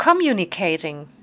communicating